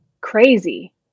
crazy